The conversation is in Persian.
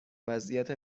وضعیت